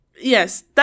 Yes